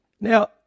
Now